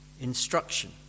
instruction